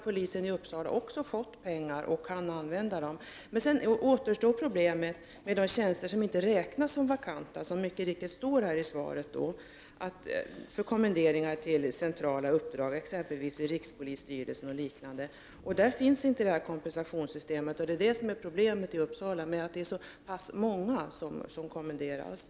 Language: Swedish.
Polisen i Uppsala har fått pengar för detta och kan också använda dem. Å andra sidan återstår problemet med de tjänster som inte räknas som vakanta. Det kan, som det står i svaret, gälla kommenderingar till centrala uppdrag vid exempelvis rikspolisstyrelsen. För dessa tjänster gäller inte kompensationssystemet, och det är också problemet i Uppsala eftersom det där är så pass många som kommenderas.